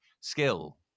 skill